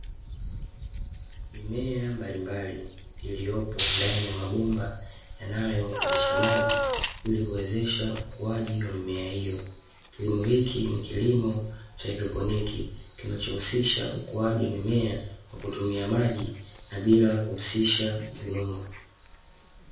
Mimea mbalimbali iliyopo ndani ya mabomba, yanayopitisha maji ili kuwezesha ukuaji wa mimea hiyo. Kilimo hiki ni kilimo cha haidroponi, kinachohusisha ukuaji wa mimea kwa kutumia maji, na bila kuhusisha udongo.